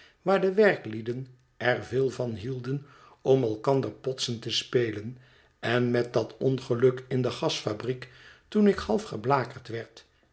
waar de werklieden er veel van hielden om elkander potsen te spelen en met dat ongeluk in de gasfabriek toen ik half geblakerd werd